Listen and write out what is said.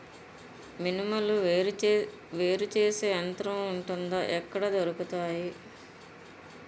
మినుములు వేరు చేసే యంత్రం వుంటుందా? ఎక్కడ దొరుకుతాయి?